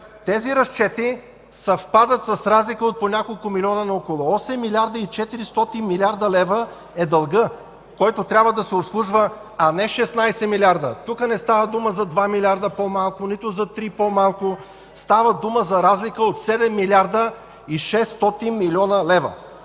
Тези разчети съвпадат с разлика от по няколко милиона, но около 8 млрд. 400 млн. лв. е дългът, който трябва да се обслужва, а не 16 милиарда. Тук не става дума за 2 милиарда по-малко, нито за три по-малко, става дума за разлика от 7 млрд. 600 млн. лв.